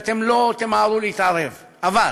אתם לא תמהרו להתערב, אבל